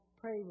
pray